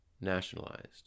Nationalized